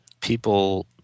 people